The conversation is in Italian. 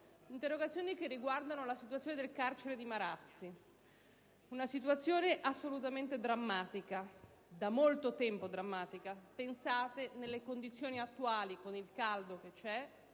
finestra"). Riguardano la situazione del carcere di Marassi: una situazione assolutamente drammatica, da molto tempo drammatica. Pensate, nelle condizioni attuali e con il caldo che c'è,